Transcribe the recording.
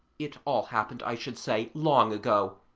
it all happened, i should say, long ago,